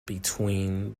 between